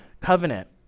covenant